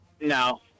No